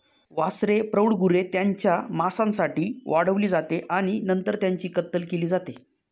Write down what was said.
वासरे प्रौढ गुरे त्यांच्या मांसासाठी वाढवली जाते आणि नंतर त्यांची कत्तल केली जाते